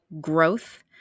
growth